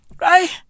Right